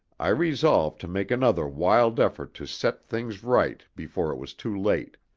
i resolved to make another wild effort to set things right before it was too late